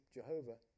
Jehovah